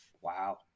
Wow